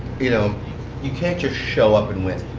you know you can't just show up and win.